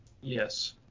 Yes